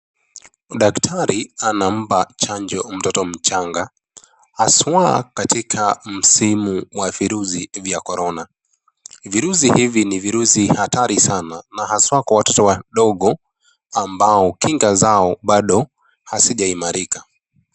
Daktari anampa chanjo mtoto mchanga, haswa katika msimu wa virusi vya Korona. Virusi hivi ni virusi hatari sana na haswa, kwa watoto wadogo ambao kinga zao bado hazijaimarika.